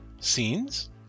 scenes